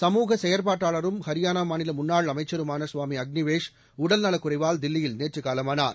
சமூக செயற்பாட்டாளரும் ஹரியான மாநில முன்னாள் அமைச்சருமான சுவாமி அக்னிவேஷ் உடல்நலக் குறைவால் தில்லியில் நேற்று காலமானார்